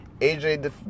AJ